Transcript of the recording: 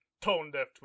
tone-deaf